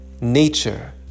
nature